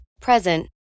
present